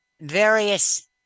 various